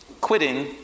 Quitting